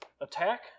attack